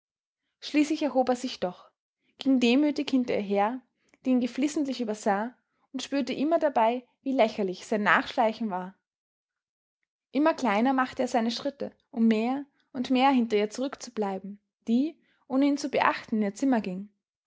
schließlich erhob er sich doch ging demütig hinter ihr her die ihn geflissentlich übersah und spürte immer dabei wie lächerlich sein nachschleichen war immer kleiner machte er seine schritte um mehr und mehr hinter ihr zurückzubleiben die ohne ihn zu beachten in ihr zimmer ging